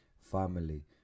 family